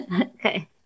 Okay